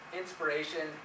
inspiration